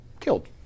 killed